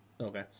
okay